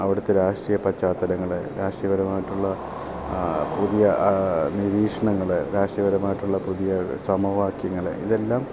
അവിടുത്തെ രാഷ്ട്രീയ പശ്ചാതലങ്ങൾ രാഷ്ട്രീയപരമായിട്ടുള്ള പുതിയ നിരീക്ഷണങ്ങൾ രാഷ്ട്രീയപരമായിട്ടുള്ള പുതിയ സമവാക്യങ്ങൾ ഇതെല്ലാം